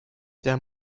der